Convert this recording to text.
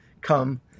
come